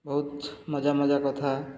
ବହୁତ୍ ମଜା ମଜା କଥା